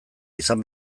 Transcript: izan